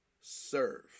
serve